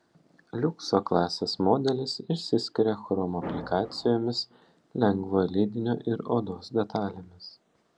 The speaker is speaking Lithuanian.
liukso klasės modelis išsiskiria chromo aplikacijomis lengvojo lydinio ir odos detalėmis